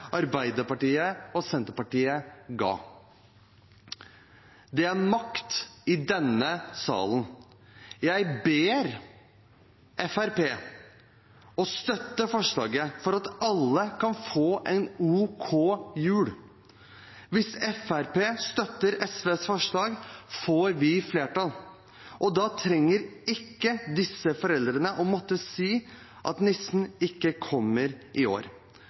Arbeiderpartiet og Senterpartiet ga. Det er makt i denne salen. Jeg ber Fremskrittspartiet om å støtte forslaget for at alle kan få en ok jul. Hvis Fremskrittspartiet støtter SVs forslag, får vi flertall. Da trenger ikke disse foreldrene å måtte si at nissen ikke kommer i år.